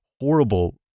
horrible